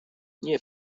nie